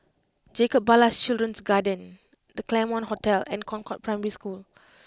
Jacob Ballas Children's Garden The Claremont Hotel and Concord Primary School